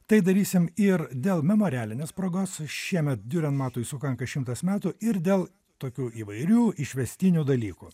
tai darysim ir dėl memorialinės progos šiemet diurenmatui sukanka šimtas metų ir dėl tokių įvairių išvestinių dalykų